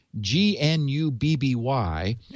G-N-U-B-B-Y